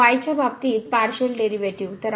आता y च्या बाबतीत पारशीअल डेरीवेटीव